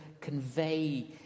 convey